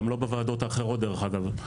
גם לא בוועדות האחרות דרך אגב.